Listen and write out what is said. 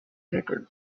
record